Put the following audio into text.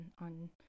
on